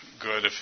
good